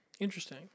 interesting